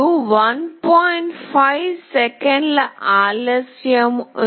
5 సెకన్ల ఆలస్యం ఉంది